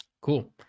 Cool